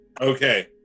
Okay